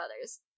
others